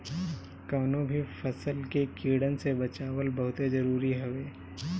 कवनो भी फसल के कीड़न से बचावल बहुते जरुरी हवे